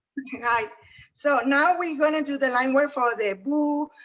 hi! so now we're gonna do the line work for the boo,